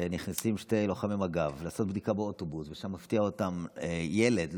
כשנכנסים שני לוחמי מג"ב לעשות בדיקה באוטובוס ומפתיע אותם ילד,